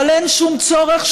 אבל אין שום צורך,